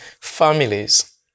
families